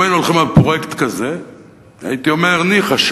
אם היינו הולכים על פרויקט כזה הייתי אומר: ניחא,